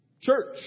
Church